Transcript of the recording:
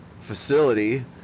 facility